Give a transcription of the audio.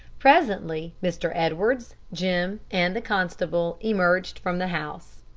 presently mr. edwards, jim, and the constable emerged from the house.